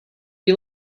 you